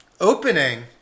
Opening